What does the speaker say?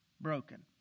broken